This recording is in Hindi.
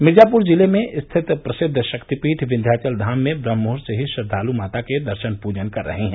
मिर्जापुर जिले में स्थित प्रसिद्व शक्तिपीठ विन्ध्याचलधाम में ब्रम्हमुहूर्त से ही श्रद्वालु माता के दर्शन पूजन कर रहे हैं